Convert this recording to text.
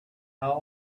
how